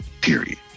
Period